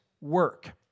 work